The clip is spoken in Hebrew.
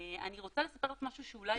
אני רוצה לספר משהו שאולי